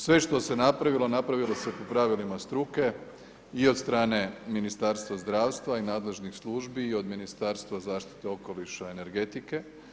Sve što se napravilo napravilo se po pravilima struke i od strane Ministarstva zdravstva i nadležnih službi i od Ministarstva zaštite okoliša i energetike.